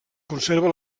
conserva